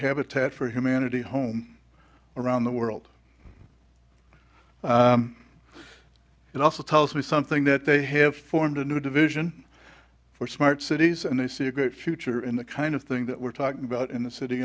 habitat for humanity home around the world it also tells me something that they have formed a new division for smart cities and they see a great future in the kind of thing that we're talking about in the city